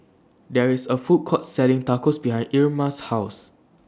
There IS A Food Court Selling Tacos behind Irma's houses